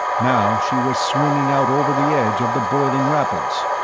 now she was swinging out over the edge of the boiling rapids.